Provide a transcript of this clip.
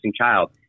child